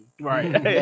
Right